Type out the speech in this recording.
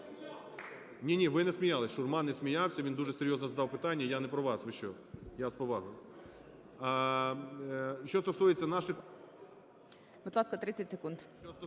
Будь ласка, 30 секунд.